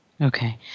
Okay